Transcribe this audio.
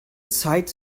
zeit